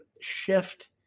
shift